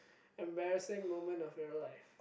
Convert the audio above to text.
embarrassing moment of your life